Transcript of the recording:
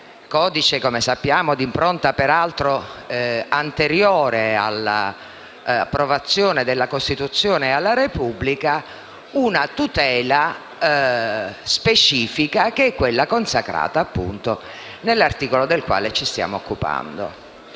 come sappiamo di impronta anteriore all'approvazione della Costituzione e alla Repubblica, una tutela specifica che è quella consacrata nell'articolo del quale ci stiamo occupando.